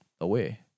away